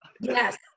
Yes